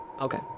Okay